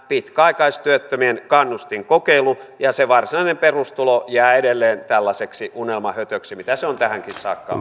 pitkäaikaistyöttömien kannustinkokeilu ja se varsinainen perustulo jää edelleen tällaiseksi unelmahötöksi mitä se on tähänkin saakka